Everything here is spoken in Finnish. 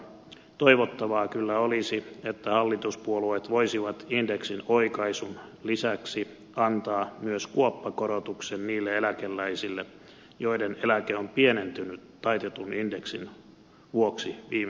toivottavaa kyllä olisi että hallituspuolueet voisivat indeksin oikaisun lisäksi antaa myös kuoppakorotuksen niille eläkeläisille joiden eläke on pienentynyt taitetun indeksin vuoksi viime vuosina